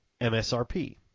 msrp